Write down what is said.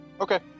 Okay